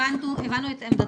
הבנו את עמדתך,